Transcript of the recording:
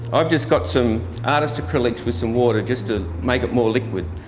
i've just got some artists acrylics with some water just to make it more liquid,